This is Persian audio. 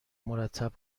مرتب